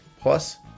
Plus